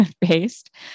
based